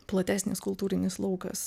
platesnis kultūrinis laukas